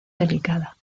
delicada